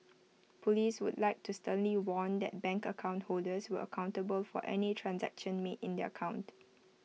Police would like to sternly warn that bank account holders will accountable for any transaction made in their account